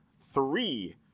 three